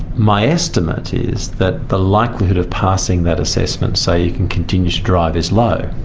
my estimate is that the likelihood of passing that assessment so you can continue to drive is low.